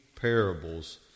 parables